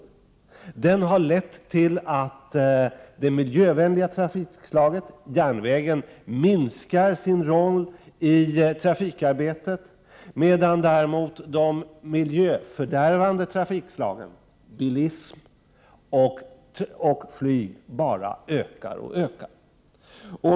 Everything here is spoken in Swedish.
Denna trafikpolitik har lett till att det miljövänliga trafikslagets — järnvägen — roll minskar i trafikarbetet, medan däremot de miljöfördärvande trafikslagens — bilismen och flyget — roll bara ökar.